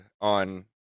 on